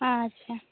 ᱟᱪᱪᱷᱟ